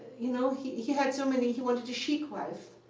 you know he he had so many he wanted a chic wife,